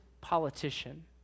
politician